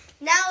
Now